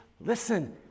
listen